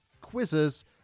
quizzes